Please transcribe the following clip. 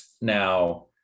Now